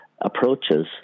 approaches